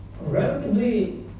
relatively